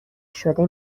شده